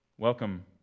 Welcome